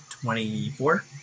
twenty-four